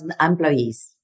employees